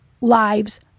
Lives